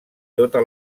tota